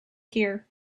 here